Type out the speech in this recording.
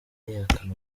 yihakana